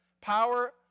Power